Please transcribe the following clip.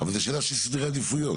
אבל זה שאלה של סדרי עדיפויות.